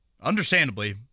understandably